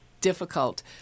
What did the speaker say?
difficult